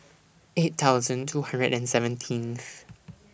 eight thousand two hundred and seventeenth